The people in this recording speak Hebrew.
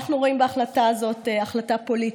אנחנו רואים בהחלטה הזאת החלטה פוליטית.